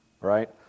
Right